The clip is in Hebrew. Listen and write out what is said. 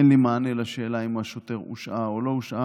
אין לי מענה לשאלה אם השוטר הושעה או לא הושעה.